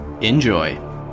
Enjoy